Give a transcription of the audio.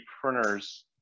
printers